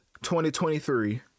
2023